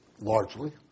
largely